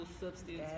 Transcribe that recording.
substance